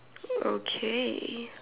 okay